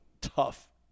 tough